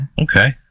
okay